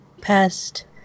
past